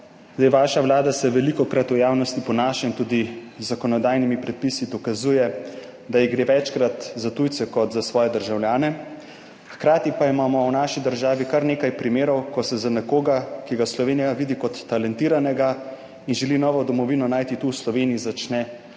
Vaša vlada se velikokrat v javnosti ponaša in tudi z zakonodajnimi predpisi dokazuje, da ji gre večkrat za tujce kot za svoje državljane, hkrati pa imamo v naši državi kar nekaj primerov, ko se za nekoga, ki ga Slovenija vidi kot talentiranega in želi novo domovino najti tu, v Sloveniji, začne kalvarija.